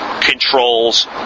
controls